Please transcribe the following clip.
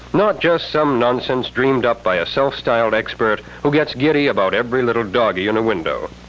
not just some nonsense dreamed up by a self-styled expert who gets giddy about every little doggie in a window.